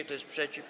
Kto jest przeciw?